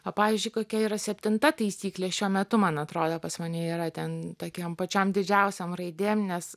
o pavyzdžiui kokia yra septinta taisyklė šiuo metu man atrodo pas mane yra ten tokiom pačiom didžiausiom raidėm nes